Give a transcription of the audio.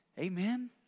Amen